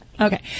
Okay